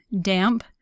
damp